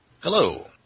Hello